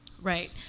Right